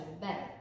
better